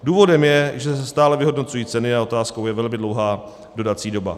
Důvodem je, že se stále vyhodnocují ceny a otázkou je velmi dlouhá dodací doba.